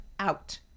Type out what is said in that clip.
out